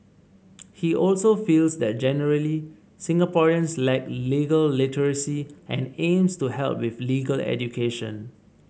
he also feels that generally Singaporeans lack legal literacy and aims to help with legal education